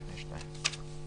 הישיבה ננעלה בשעה 13:43.